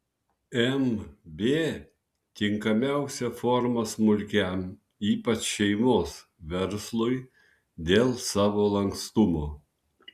mb tinkamiausia forma smulkiam ypač šeimos verslui dėl savo lankstumo